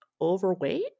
overweight